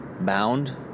bound